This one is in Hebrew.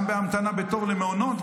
גם בהמתנה בתור למעונות,